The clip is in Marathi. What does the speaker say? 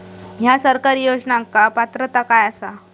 हया सरकारी योजनाक पात्रता काय आसा?